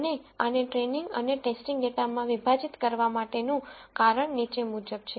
અને આને ટ્રેઈનીંગ અને ટેસ્ટિંગ ડેટામાં વિભાજિત કરવા માટેનું કારણ નીચે મુજબ છે